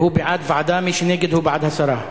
ועדה, מי שנגד הוא בעד הסרה.